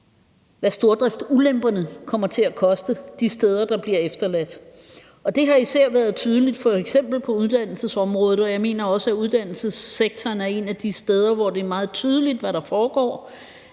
hvad stordriftulemperne kommer til at koste de steder, der bliver efterladt. Det har især været tydeligt på f.eks. uddannelsesområdet, og jeg mener også, at uddannelsessektoren er et af de steder, hvor det er meget tydeligt, hvad der foregår.